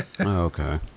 okay